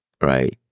right